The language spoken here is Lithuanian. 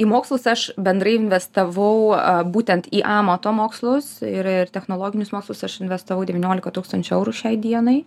į mokslus aš bendrai investavau būtent į amato mokslus ir ir technologinius mokslus aš investavau devyniolika tūkstančių eurų šiai dienai